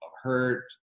hurt